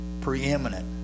preeminent